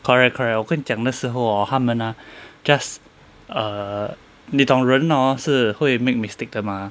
correct correct 我跟你讲那时候 hor 他们 ah just err 你懂人 hor 是会 make mistake 的 mah